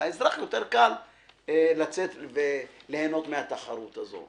ולאזרח יותר קל ליהנות מהתחרות הזאת.